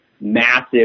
massive